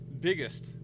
biggest